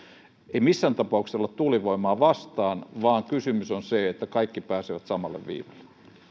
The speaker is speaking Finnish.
ei missään tapauksessa olla tuulivoimaa vastaan vaan kysymys on siitä että kaikki pääsevät samalle viivalle